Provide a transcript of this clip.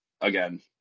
Again